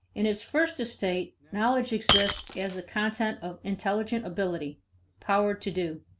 in its first estate, knowledge exists as the content of intelligent ability power to do.